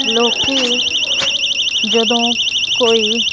ਲੋਕੀ ਜਦੋਂ ਕੋਈ